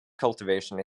cultivation